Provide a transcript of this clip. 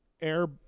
air